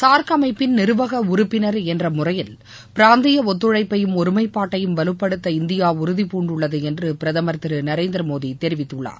SAARC அமைப்பின் நிறுவக உறுப்பினர் என்ற முறையில் பிராந்திய ஒத்துழைப்பையும் ஒருமைப்பாட்டையும் வலுப்படுத்த இந்தியா உறுதிபூண்டுள்ளது என்று பிரதம் திரு நரேந்திரமோடி தெரிவித்துள்ளார்